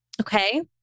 okay